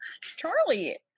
Charlie